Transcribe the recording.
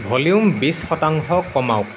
volume বিশ শতাংশ কমাওক